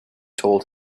told